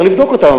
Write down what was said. צריך לבדוק אותם.